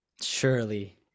surely